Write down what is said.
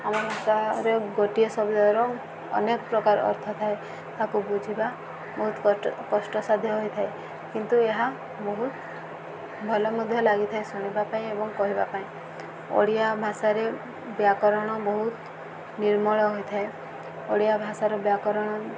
ଆମ ଭାଷାରେ ଗୋଟିଏ ଶବ୍ଦର ଅନେକ ପ୍ରକାର ଅର୍ଥ ଥାଏ ତାକୁ ବୁଝିବା ବହୁତ କଷ୍ଟ କଷ୍ଟ ସାାଧ୍ୟ ହୋଇଥାଏ କିନ୍ତୁ ଏହା ବହୁତ ଭଲ ମଧ୍ୟ ଲାଗିଥାଏ ଶୁଣିବା ପାଇଁ ଏବଂ କହିବା ପାଇଁ ଓଡ଼ିଆ ଭାଷାରେ ବ୍ୟାକରଣ ବହୁତ ନିର୍ମଳ ହୋଇଥାଏ ଓଡ଼ିଆ ଭାଷାର ବ୍ୟାକରଣ